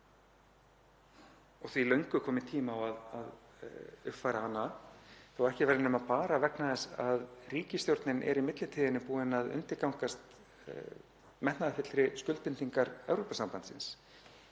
og því er löngu kominn tími á að uppfæra hana, þótt ekki væri nema vegna þess að ríkisstjórnin er í millitíðinni búin að undirgangast metnaðarfyllri skuldbindingar Evrópusambandsins.